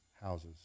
houses